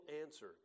answer